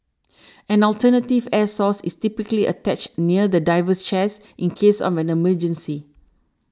an alternative air source is typically attached near the diver's chest in case of an emergency